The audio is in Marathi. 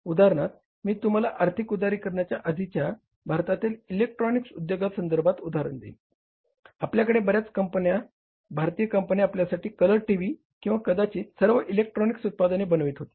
उदाहरणार्थ मी तुम्हाला आर्थिक उदारीकरणाच्या आधीचे भारतातील इलेक्ट्रॉनिक्स उद्योगा संदर्भातील उदाहरण देईन आपल्याकडे बऱ्याच भारतीय कंपन्या आपल्यासाठी कलर टीव्ही किंवा कदाचित सर्व इलेक्ट्रॉनिक्स उत्पादने बनवित होती